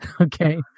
Okay